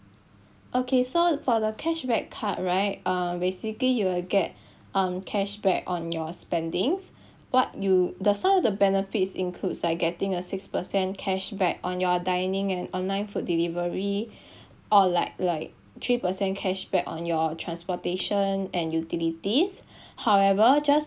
okay so for the cashback card right uh basically you will get um cashback on your spendings what you the some of the benefits includes like getting a six percent cashback on your dining and online food delivery or like like three percent cashback on your transportation and utilities however just